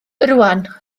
rwan